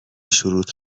شروط